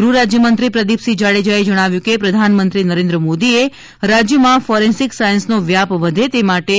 ગૃહ રાજ્યમંત્રી પ્રદિપસિંહ જાડેજાએ જણાવ્યું કે પ્રધાનમંત્રી નરેન્દ્ર મોદીએ રાજ્યમાં ફોરેન્સિક સાયન્સનો વ્યાપ વધે તે માટે